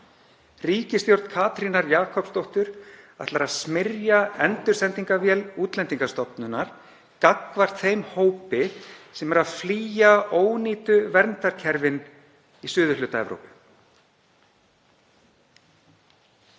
Ríkisstjórn Katrínar Jakobsdóttur ætlar að smyrja endursendingarvél Útlendingastofnunar gagnvart þeim hópi sem er að flýja ónýtu verndarkerfin í suðurhluta Evrópu.